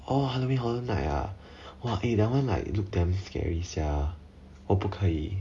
oh halloween horror night ah !wah! eh that one like look damn scary sia 我不可以